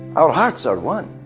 our hearts are one.